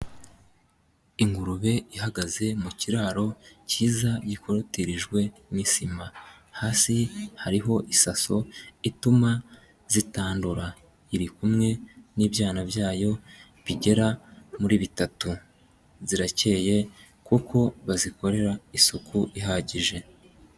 Ingurube ihagaze mu kiraro kiza gikorotirijwe n'isima. Hasi hariho isaso ituma zitandura. Iri kumwe n'ibyana byayo bigera muri bitatu. Zirakeye kuko bazikorera isuku ihagije.